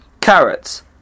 carrots